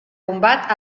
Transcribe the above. combat